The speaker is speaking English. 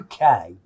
UK